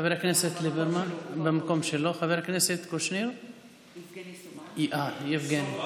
חבר הכנסת ליברמן, חבר הכנסת יבגני סובה,